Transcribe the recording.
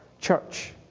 church